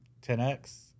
10X